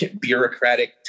bureaucratic